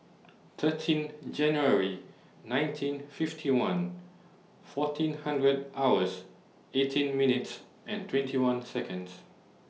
thirteen January nineteen fifty one fourteen hundred hours eighteen minutes and twenty one Seconds